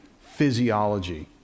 physiology